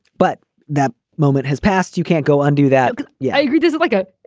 but that moment has passed. you can't go undo that yeah i agree. doesn't like a